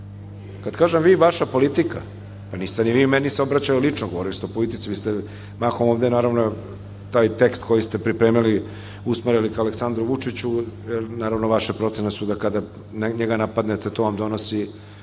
Kada kažem vi, vaša politika, pa niste ni vi se meni obraćali lično, govorili ste o politici, vi ste mahom ovde naravno taj tekst koji ste pripremili usmerili ka Aleksandru Vučiću, a naravno vaše su procene da kada njega napadnete to vam donosi